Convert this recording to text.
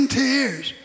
tears